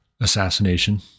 assassination